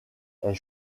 est